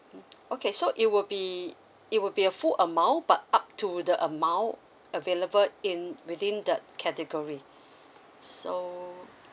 mm okay so it will be it will be a full amount but up to the amount available in within the category so